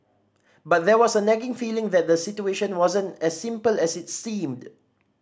but there was a nagging feeling that the situation wasn't as simple as it seemed